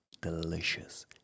delicious